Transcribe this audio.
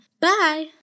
Bye